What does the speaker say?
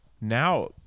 now